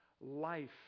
life